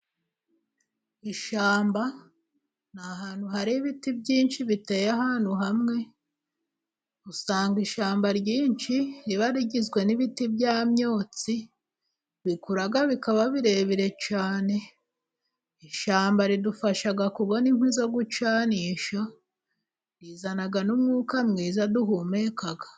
Ishyamba ni ahantu hari ibiti byinshi biteye ahantu hamwe usanga ishyamba ryinshi riba rigizwe n'ibiti bya myotsi bikura bikaba birebire cyane. Ishyamba ridufasha kubona inkwi zo gucanisha rizana n'umwuka mwiza duhumeka.